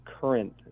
current